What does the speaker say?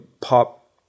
pop